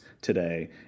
today